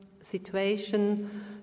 situation